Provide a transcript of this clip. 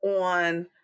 on